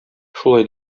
шулай